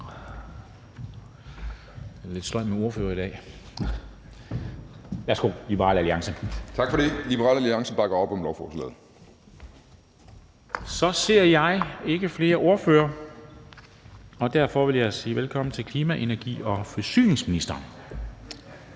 Jeg ser ikke flere ordførere, og derfor vil jeg sige velkommen til klima-, energi- og forsyningsministeren.